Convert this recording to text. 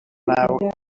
now